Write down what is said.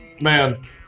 man